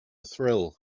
thrill